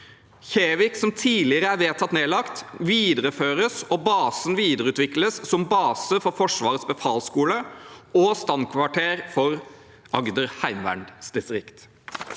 «Kjevik, som tidligere er vedtatt nedlagt, videreføres og basen videreutvikles som base for Forsvarets befalsskole og standkvarter for Agder heimevernsdistrikt».